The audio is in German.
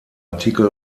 artikel